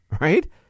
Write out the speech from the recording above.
Right